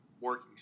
working